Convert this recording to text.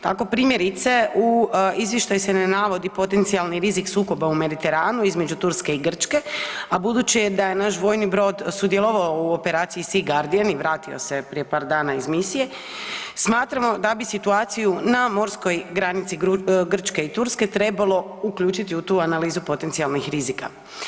Tako primjerice u izvještaju se ne navodi potencijalni rizik sukoba u Mediteranu između Turske i Grčke, a budući je da je naš vojni brod sudjelovao u operaciji SEA GUARDIAN i vratio se je prije par dana iz misije, smatramo da bi situaciju na morskoj granici Grčke i Turske trebalo uključiti u tu analizu potencijalnih rizika.